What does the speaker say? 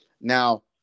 Now